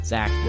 Zach